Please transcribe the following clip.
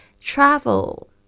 travel